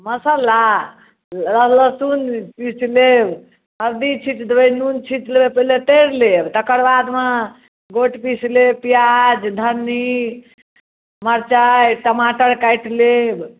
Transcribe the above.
मसल्ला लहसुन पीस देब हल्दी छींट लेब नून छींट लेबै पहिले तरि लेब तेकर बादमे गोट पीस लेब प्याज धन्नी मरचाइ टमाटर काटि लेब